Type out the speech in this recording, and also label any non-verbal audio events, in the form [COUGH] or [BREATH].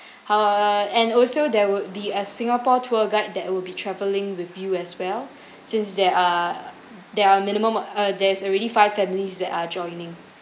err and also there would be a singapore tour guide that will be travelling with you as well [BREATH] since there are there are minimum uh there's already five families that are joining